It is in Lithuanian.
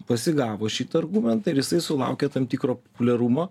pasigavo šitą argumentą ir jisai sulaukė tam tikro populiarumo